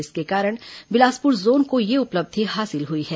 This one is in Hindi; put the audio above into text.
इसके कारण बिलासपुर जोन को यह उपलब्धि हासिल हुई है